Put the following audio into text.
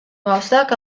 gauzak